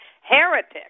heretic